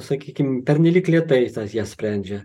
sakykim pernelyg lėtai tas jas sprendžia